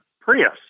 Prius